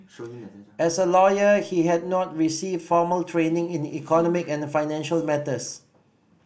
as a lawyer he had not received formal training in the economic and financial matters